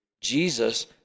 Jesus